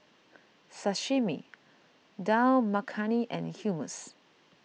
Sashimi Dal Makhani and Hummus